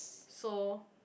so